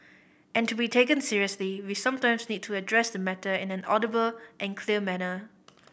and to be taken seriously we sometimes need to address the matter in an audible and clear manner